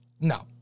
No